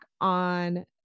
on